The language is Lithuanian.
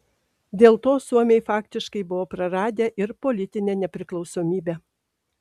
dėl to suomiai faktiškai buvo praradę ir politinę nepriklausomybę